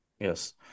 Yes